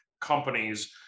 companies